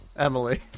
Emily